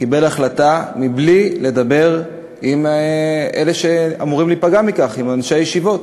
קיבל החלטה בלי לדבר עם אלה שאמורים להיפגע מכך: עם אנשי הישיבות,